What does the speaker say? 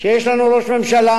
שיש לנו ראש ממשלה,